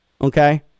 okay